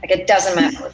like it doesn't matter